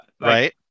Right